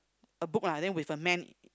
a book ah then with a man